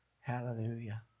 Hallelujah